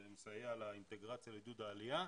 זה מסייע לאינטגרציה ולעידוד העלייה.